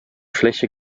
fläche